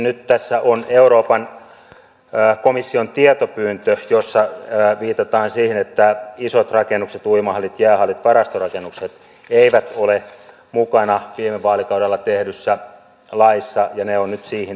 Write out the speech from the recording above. nyt tässä on euroopan komission tietopyyntö jossa viitataan siihen että isot rakennukset uimahallit jäähallit varastorakennukset eivät ole mukana viime vaalikaudella tehdyssä laissa ja ne on nyt siihen saatava